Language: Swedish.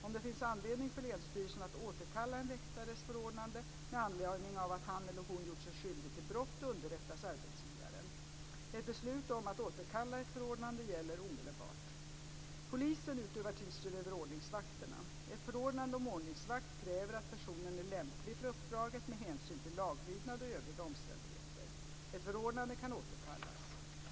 Om det finns anledning för länsstyrelsen att återkalla en väktares förordnande med anledning av att han eller hon gjort sig skyldig till brott underrättas arbetsgivaren. Ett beslut om att återkalla ett förordande gäller omedelbart. Polisen utövar tillsyn över ordningsvakterna. Ett förordnande som ordningsvakt kräver att personen är lämplig för uppdraget med hänsyn till laglydnad och övriga omständigheter. Ett förordnande kan återkallas.